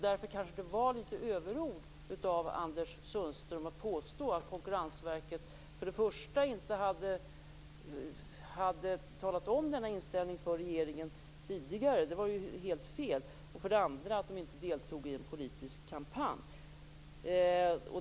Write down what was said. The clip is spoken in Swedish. Därför kanske det var överord av Anders Sundström att påstå att Konkurrensverket för det första inte hade talat om denna inställning för regeringen tidigare, vilket alltså var helt fel, och för det andra hade deltagit i en politisk kampanj.